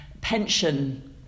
pension